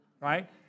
right